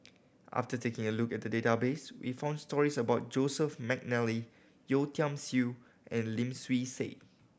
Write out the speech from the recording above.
after taking a look at the database we found stories about Joseph McNally Yeo Tiam Siew and Lim Swee Say